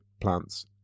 plants